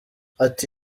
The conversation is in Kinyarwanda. ati